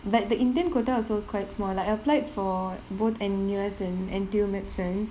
like the indian quota also is quite small like I applied for both N_U_S and N_T_U medicine